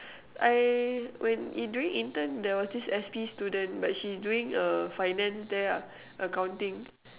I when during intern there was this S_P student but she's doing (err finance there lah accounting